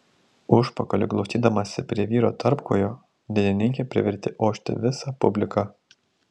užpakaliu glaustydamasi prie vyro tarpkojo dainininkė privertė ošti visą publiką